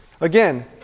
Again